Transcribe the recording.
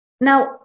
Now